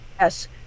Yes